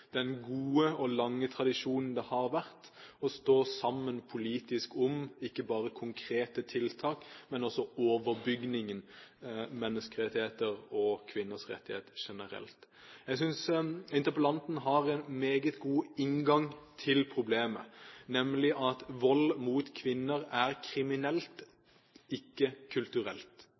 den gode og lange tradisjonen som har vært for å stå sammen politisk om ikke bare konkrete tiltak, men også om overbygningen – menneskerettigheter og kvinners rettigheter generelt. Jeg synes interpellanten har en meget god inngang til problemet, nemlig at vold mot kvinner er kriminelt, ikke kulturelt.